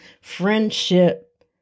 friendship